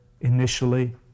initially